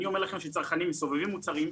אני אומר לכם שצרכנים מסובבים מוצרים,